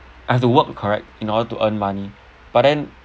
I have to work correct in order to earn money but then